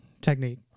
technique